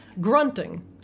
grunting